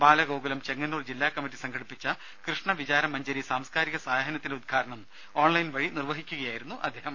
ബാലഗോകുലം ചെങ്ങന്നൂർ ജില്ലാ കമ്മിറ്റി സംഘടിപ്പിച്ച കൃഷ്ണ വിചാര മഞ്ജരി സാംസ്ക്കാരിക സായാഹ്നത്തിന്റെ ഉദ്ഘാടനം ഓൺലൈൻ വഴി നിർവഹിക്കുകയായിരുന്നു അദേഹം